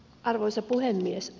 arvoisa puhemies